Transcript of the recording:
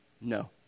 no